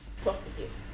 prostitutes